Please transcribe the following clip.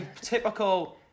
typical